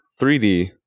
3D